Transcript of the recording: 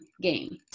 game